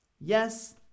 Yes